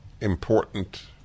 important